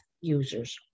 users